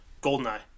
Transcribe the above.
Goldeneye